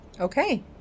Okay